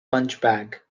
punchbag